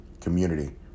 Community